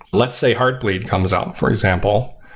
let's say, hard bleed comes up, for example.